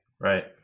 right